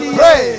pray